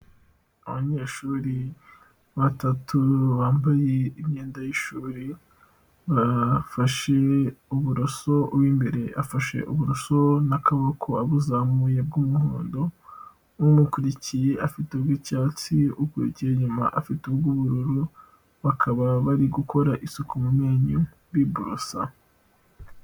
Abanyeshuri batatu bambaye imyenda y'ishuri bafashe uburoso uw'imbere afashe uburoso n'akaboko abuzamuye bw'umuhondo, umukurikiye afite ubw'icyatsi, ukurikiye inyuma afite ubw'ubururu bakaba bari gukora isuku mu menyo biborosa.